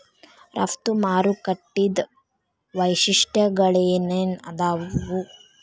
ರಫ್ತು ಮಾರುಕಟ್ಟಿದ್ ವೈಶಿಷ್ಟ್ಯಗಳೇನೇನ್ ಆದಾವು?